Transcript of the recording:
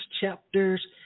chapters